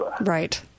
Right